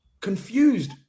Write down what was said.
confused